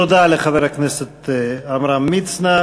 תודה לחבר הכנסת עמרם מצנע.